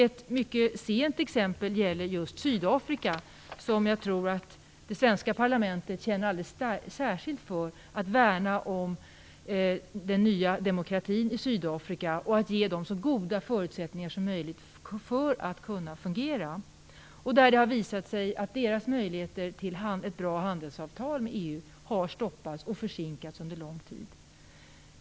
Ett mycket sent exempel gäller Sydafrika, och jag tror att det svenska parlamentet känner alldeles särskilt starkt för att värna om den nya demokratin i Sydafrika och att ge landet så goda förutsättningar som möjligt för att kunna fungera. Det har visat sig att Sydafrikas möjligheter till ett bra handelsavtal med EU har stoppats och försinkats under lång tid.